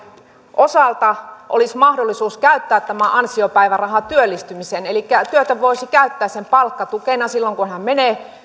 osalta olisi mahdollisuus käyttää tämä ansiopäiväraha työllistymiseen elikkä työtön voisi käyttää sen palkkatukena silloin kun hän menee